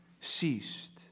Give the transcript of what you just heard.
ceased